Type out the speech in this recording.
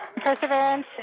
Perseverance